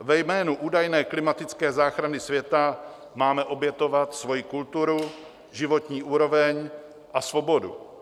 Ve jménu údajné klimatické záchrany světa máme obětovat svoji kulturu, životní úroveň a svobodu.